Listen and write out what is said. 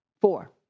Four